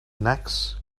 next